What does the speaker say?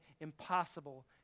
impossible